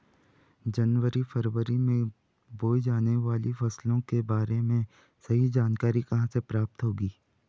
जनवरी फरवरी में बोई जाने वाली फसलों के बारे में सही जानकारी कहाँ से प्राप्त होगी?